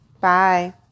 Bye